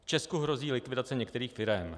V Česku hrozí likvidace některých firem.